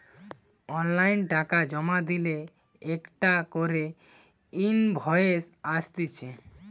online টাকা জমা দিলে একটা করে ইনভয়েস আসতিছে